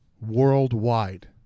worldwide